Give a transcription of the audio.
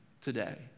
today